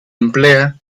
emplea